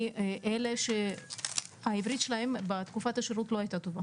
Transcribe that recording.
מאלה שהעברית שלהם בתקופת השירות לא הייתה טובה